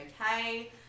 okay